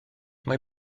mae